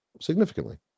significantly